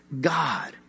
God